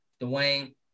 Dwayne